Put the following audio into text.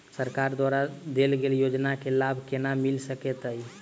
सरकार द्वारा देल गेल योजना केँ लाभ केना मिल सकेंत अई?